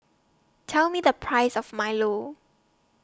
Tell Me The Price of Milo